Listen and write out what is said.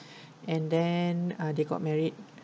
and then uh they got married